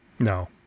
no